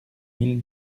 mille